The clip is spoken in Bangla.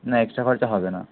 না এক্সট্রা খরচা হবে না